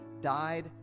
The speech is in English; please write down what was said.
died